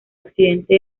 occidente